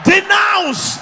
Denounce